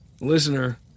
listener